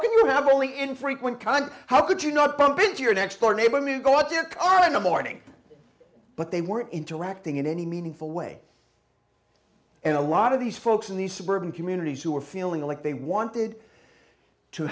can you have only infrequent kohn how could you not bump into your next door neighbor me go out their car in the morning but they were interacting in any meaningful way and a lot of these folks in these suburban communities who were feeling like they wanted to